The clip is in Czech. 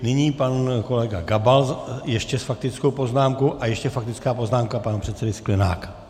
Nyní pan kolega Gabal ještě s faktickou poznámkou a ještě faktická poznámka pana předsedy Sklenáka.